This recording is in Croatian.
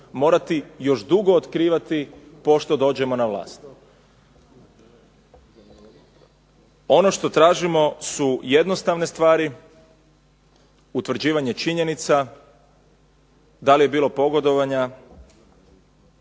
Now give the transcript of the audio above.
morati još dugo otkrivati pošto dođemo na vlast. Ono što tražimo su jednostavne stvari, utvrđivanje činjenica, da li je bilo pogodovanja